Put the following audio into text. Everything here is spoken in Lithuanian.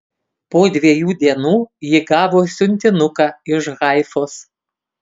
po dviejų dienų ji gavo siuntinuką iš haifos